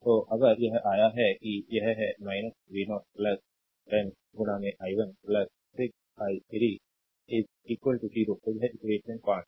तो अगर यह आया है कि यह है v0 10 i1 6 i3 0 तो यह इक्वेशन 5 है